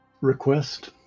request